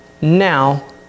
now